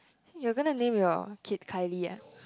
you're gonna name your kid Kylie ah